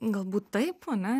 galbūt taip ane